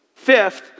Fifth